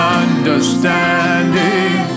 understanding